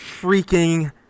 freaking